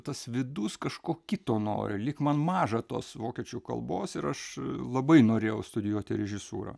tas vidus kažko kito nori lyg man maža tos vokiečių kalbos ir aš labai norėjau studijuoti režisūrą